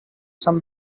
some